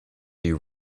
you